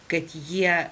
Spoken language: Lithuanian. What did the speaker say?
kad jie